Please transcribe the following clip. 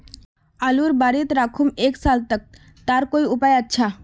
आलूर बारित राखुम एक साल तक तार कोई उपाय अच्छा?